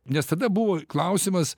nes tada buvo klausimas